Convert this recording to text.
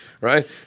right